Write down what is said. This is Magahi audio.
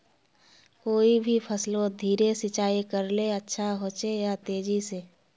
कोई भी फसलोत धीरे सिंचाई करले अच्छा होचे या तेजी से?